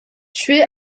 tué